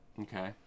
Okay